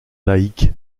laïc